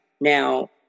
Now